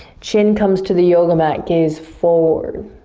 chin comes to the yoga mat, gaze forward.